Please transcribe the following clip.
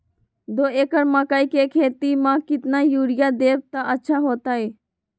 दो एकड़ मकई के खेती म केतना यूरिया देब त अच्छा होतई?